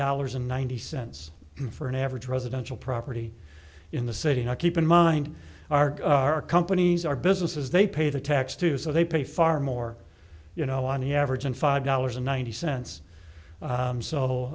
dollars and ninety cents for an average residential property in the city now keep in mind our companies are businesses they pay the tax too so they pay far more you know on the average and five dollars and ninety cents